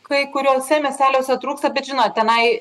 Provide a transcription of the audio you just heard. kai kuriuose miesteliuose trūksta bet žinot tenai